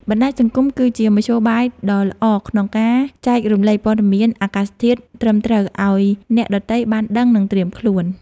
បណ្តាញសង្គម គឺជាមធ្យោបាយដ៏ល្អក្នុងការចែករំលែកព័ត៌មានអាកាសធាតុត្រឹមត្រូវឱ្យអ្នកដទៃបានដឹង និងត្រៀមខ្លួន។